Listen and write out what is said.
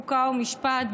חוק ומשפט,